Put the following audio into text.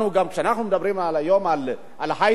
גם כשאנחנו מדברים היום על היי-טק,